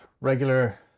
regular